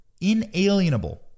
inalienable